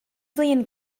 flin